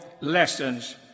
lessons